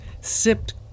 sipped